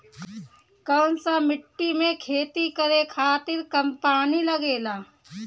कौन सा मिट्टी में खेती करे खातिर कम पानी लागेला?